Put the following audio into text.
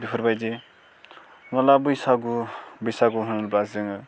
बेफोरबायदि माला बैसागु बैसागु होनोब्ला जोङो